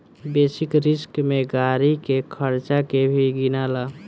basic risk में गाड़ी के खर्चा के भी गिनाला